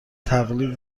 تقلید